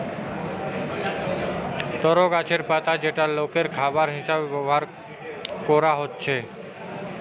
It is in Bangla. তরো গাছের পাতা যেটা লোকের খাবার হিসাবে ব্যভার কোরা হচ্ছে